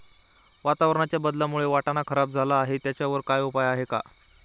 वातावरणाच्या बदलामुळे वाटाणा खराब झाला आहे त्याच्यावर काय उपाय आहे का?